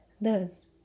Thus